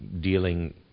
dealing